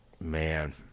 man